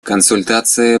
консультации